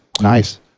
nice